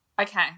Okay